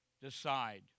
decide